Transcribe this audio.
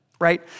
right